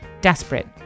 desperate